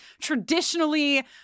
traditionally